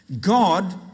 God